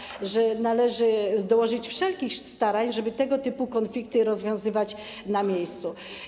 Chodzi o to, że należy dołożyć wszelkich starań, żeby tego typu konflikty rozwiązywać na miejscu.